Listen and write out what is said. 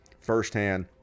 firsthand